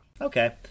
okay